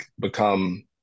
become